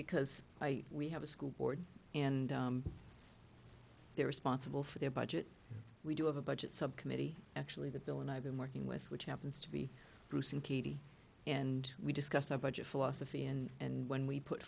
because i we have a school board and they're responsible for their budget we do have a budget subcommittee actually the bill and i've been working with which happens to be bruce and katie and we discussed our budget philosophy and and when we put